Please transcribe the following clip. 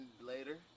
later